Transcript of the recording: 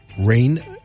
rain